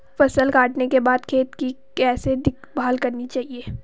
फसल काटने के बाद खेत की कैसे देखभाल करनी चाहिए?